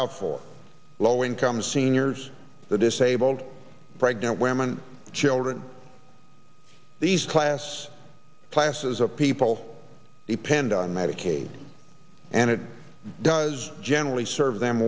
out for low income seniors the disabled pregnant women children these class classes of people depend on medicaid and it does generally serve them